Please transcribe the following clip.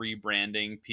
rebranding